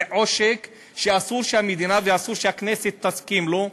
זה עושק שאסור שהמדינה ואסור שהכנסת יסכימו לו.